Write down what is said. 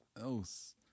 else